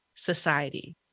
society